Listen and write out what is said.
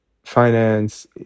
finance